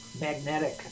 magnetic